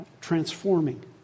transforming